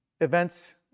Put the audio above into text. events